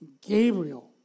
Gabriel